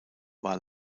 war